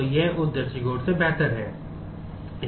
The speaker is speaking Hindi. तो यह उस दृष्टिकोण से बेहतर है